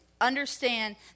understand